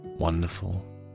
Wonderful